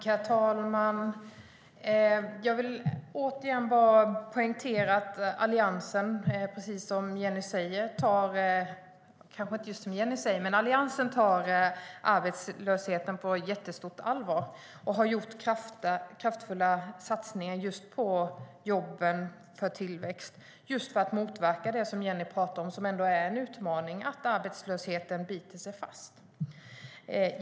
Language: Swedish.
Herr talman! Jag vill återigen poängtera att Alliansen tar arbetslösheten på jättestort allvar och har gjort kraftfulla satsningar på jobben för tillväxt för att motverka det som Jennie pratar om och som är en utmaning, nämligen att arbetslösheten biter sig fast.